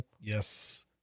yes